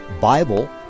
Bible